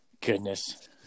Goodness